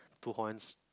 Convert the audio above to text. two horns